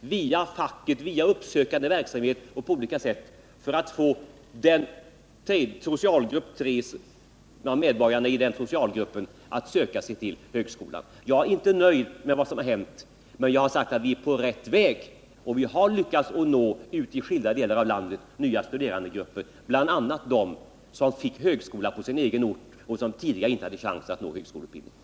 via facket, via uppsökande verksamhet och på annat sätt för att få medborgarna i socialgrupp 3 att söka sig till högskolan. Jag är inte nöjd med det som hittills gjorts, men jag har sagt att vi är på rätt väg. I skilda delar av landet har vi lyckats nå nya studerandegrupper, bl.a. dem som fått högskola på sin egen ort och som tidigare inte haft möjlighet att delta i högskoleutbildningen.